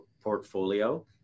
portfolio